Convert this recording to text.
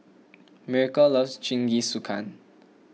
Miracle loves Jingisukan